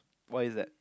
why is that